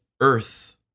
earth